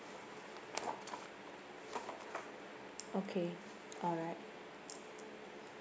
okay alright